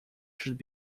should